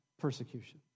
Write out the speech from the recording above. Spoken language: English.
persecution